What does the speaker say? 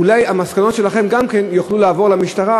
אולי המסקנות שלכם גם כן יוכלו לעבור למשטרה,